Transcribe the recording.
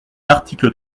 l’article